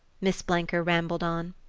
miss blenker rambled on.